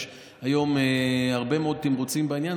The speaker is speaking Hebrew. יש היום הרבה תמרוצים בעניין.